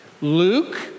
Luke